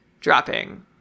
dropping